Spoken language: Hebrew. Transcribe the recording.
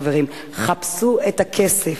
חברים: חפשו את הכסף,